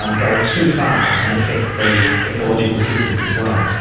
um go too far and affect the ecological systems as well.